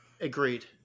Agreed